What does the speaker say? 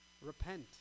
Repent